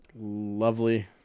Lovely